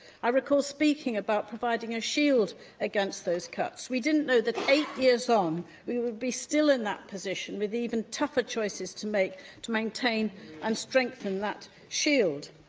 i recall speaking about providing a shield against those cuts. we didn't know that eight years on we would be still in that position, with even tougher choices to make to maintain and um strengthen that shield.